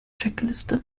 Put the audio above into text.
checkliste